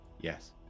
Yes